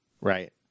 Right